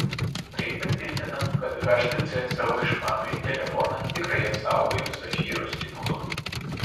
tai patvirtina kad htc savo išmanųjį telefoną tikrai apsaugojo safyro stiklu